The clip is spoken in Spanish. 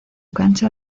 cancha